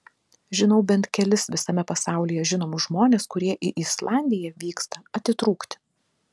žinau bent kelis visame pasaulyje žinomus žmones kurie į islandiją vyksta atitrūkti